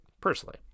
personally